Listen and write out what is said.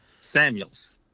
Samuels